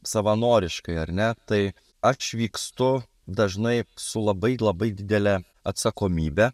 savanoriškai ar ne tai aš vykstu dažnai su labai labai didele atsakomybe